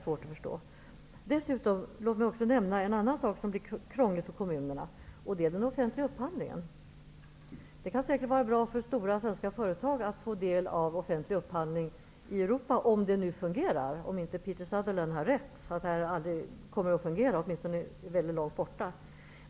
Något annat som blir krångligt för kommunerna är den offentliga upphandlingen. Det kan säkert vara bra för stora svenska företag att få del av offentlig upphandling i Europa, om det nu fungerar. Peter Sutherland kanske kommer att få rätt i att det aldrig -- åtminstone inte förrän mycket långt fram i tiden -- kommer att fungera.